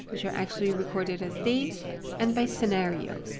which are actually recorded as dates and by scenario.